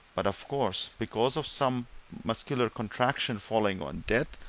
but, of course, because of some muscular contraction following on death,